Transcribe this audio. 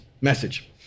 message